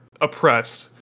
oppressed